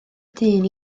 dyn